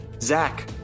Zach